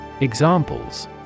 Examples